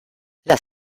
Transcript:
las